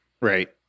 Right